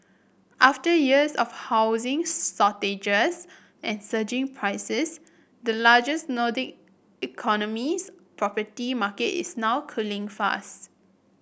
after years of housing shortages and surging prices the largest Nordic economy's property market is now cooling fast